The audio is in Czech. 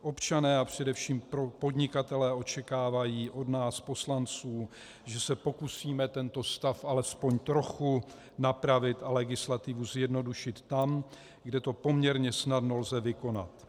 Občané a především podnikatelé očekávají od nás poslanců, že se pokusíme tento stav alespoň trochu napravit a legislativu zjednodušit tam, kde to poměrně snadno lze vykonat.